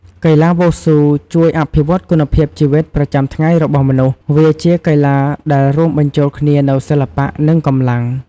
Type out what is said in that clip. កីឡាវ៉ូស៊ូជួយអភិវឌ្ឍគុណភាពជីវិតប្រចាំថ្ងៃរបស់មនុស្ស វាជាកីឡាដែលរួមបញ្ចូលគ្នានូវសិល្បៈ និងកម្លាំង។